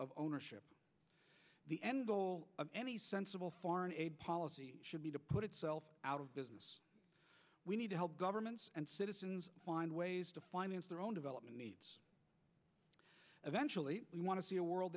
of ownership the end goal of any sensible foreign policy should be to put itself out of business we need to help governments and citizens find ways to finance their own development eventually we want to see a world